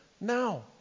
now